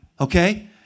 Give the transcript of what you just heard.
okay